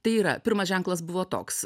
tai yra pirmas ženklas buvo toks